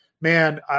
man